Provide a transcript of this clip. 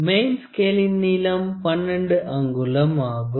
main ஸ்கேலின் நீளம் 12 அங்குலம் ஆகும்